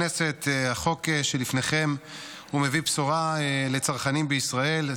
הצעת החוק בשם שר האנרגיה והתשתיות.